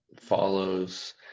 follows